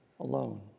alone